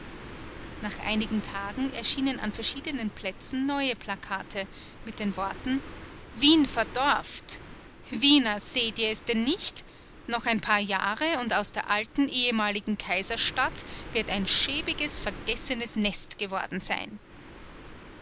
nach einigen tagen erschienen an verschiedenen plätzen neue plakate mit den worten wien verdorft wiener seht ihr es denn nicht noch ein paar jahre und aus der alten ehemaligen kaiserstadt wird ein schäbiges vergessenes nest geworden sein